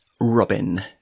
Robin